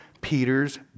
Peter's